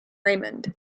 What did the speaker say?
raymond